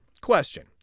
question